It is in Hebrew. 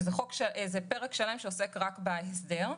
שהוא פרק שלם שעוסק רק בהסדר.